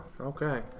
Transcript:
okay